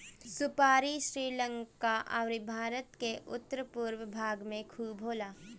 सुपारी श्रीलंका अउरी भारत के उत्तर पूरब भाग में खूब होला